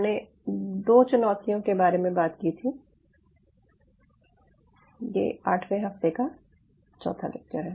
हमने 2 चुनौतियों के बारे में बात की थी ये आठवें हफ्ते का चौथा लेक्चर है